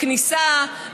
בכניסה,